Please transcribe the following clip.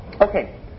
Okay